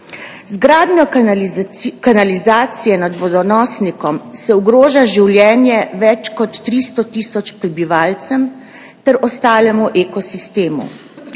Z gradnjo kanalizacije nad vodonosnikom se ogroža življenje več kot 300 tisoč prebivalcev ter ostalega ekosistema.